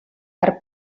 per